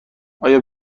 آیا